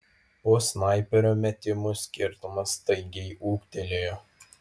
po snaiperio metimų skirtumas staigiai ūgtelėjo